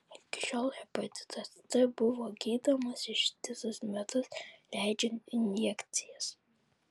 iki šiol hepatitas c buvo gydomas ištisus metus leidžiant injekcijas